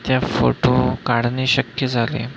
त्या फोटो काढणे शक्य झाले